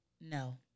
No